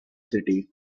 city